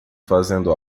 fazendo